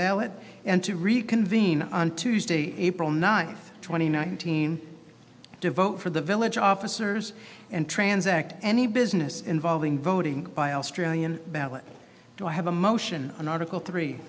ballot and to reconvene on tuesday april ninth twenty nineteen to vote for the village officers and transact any business involving voting by australian ballot to have a motion in article three